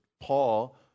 Paul